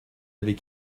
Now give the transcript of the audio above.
avait